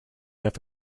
have